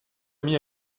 mit